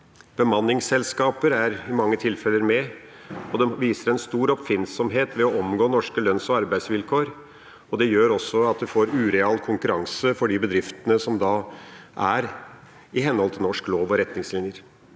Bemanningsselskaper er i mange tilfeller med, og de viser en stor oppfinnsomhet ved å omgå norske lønnsog arbeidsvilkår. Det gjør også at man får ureal konkurranse for de bedriftene som da driver i henhold til norsk lov og norske retningslinjer.